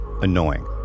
annoying